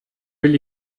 will